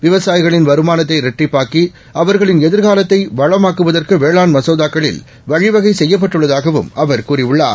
விவசாயிகளின்வருமானத்தைஇரட்டிப்புஆக்கி அவர்களின்எதிர்காலத்தைவளமாக்குவதற்குவேளாண்மசோ தாக்களில்வழிவகைசெய்யப்பட்டுள்ளதாகவும்அவர்கூறியுள் ளார்